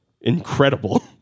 incredible